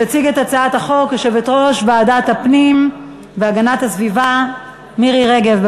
תציג את הצעת החוק יושבת-ראש ועדת הפנים והגנת הסביבה מירי רגב.